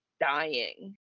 dying